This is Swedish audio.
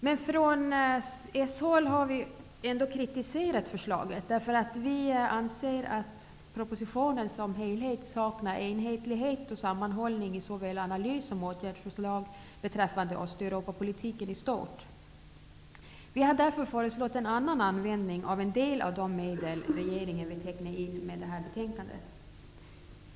Från socialdemokratiskt håll har vi ändå kritiserat förslaget, därför att vi anser att propositionen som helhet saknar en enhetlighet och sammanhållning i såväl analys som åtgärdsförslag beträffande Östeuropapolitiken i stort. Vi har därför föreslagit en annan användning av en del av de medel som regeringen vill teckna in i och med detta betänkande.